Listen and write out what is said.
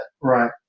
Right